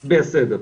בסדר,